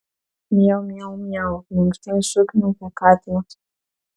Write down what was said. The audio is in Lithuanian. miau miau miau linksmai sukniaukė katinas